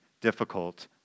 difficult